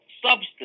substance